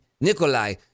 Nikolai